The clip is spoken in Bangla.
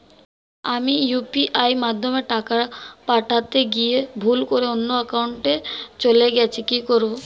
আমি ইউ.পি.আই মাধ্যমে টাকা পাঠাতে গিয়ে ভুল করে অন্য একাউন্টে চলে গেছে কি করব?